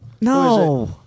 No